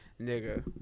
Nigga